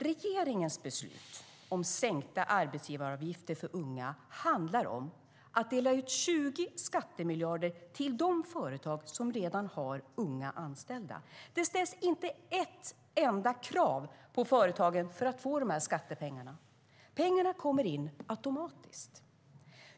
Regeringens beslut om sänkta arbetsgivaravgifter för unga handlar om att dela ut 20 skattemiljarder till de företag som redan har unga anställda. Det ställs inte ett enda krav på företagen för att få dessa skattepengar. Pengarna kommer in automatiskt.